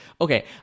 Okay